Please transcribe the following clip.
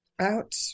Out